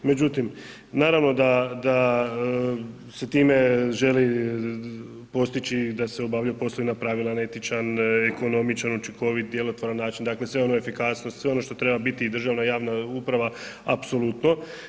Međutim, naravno da se time želi postići da se obavljaju poslovi na pravilan, etičan, ekonomičan, učinkovit, djelotvoran način, dakle sve ono efikasnost, sve ono što treba biti i državna i javna uprava apsolutno.